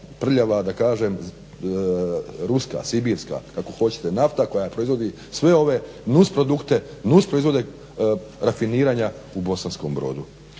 prljava, da kažem ruska, sibirska nafta koja proizvodi sve ove nusprodukte, nusproizvode rafiniranja u Bosanskom Brodu.